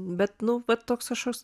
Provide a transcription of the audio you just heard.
bet nu vat toks kašoks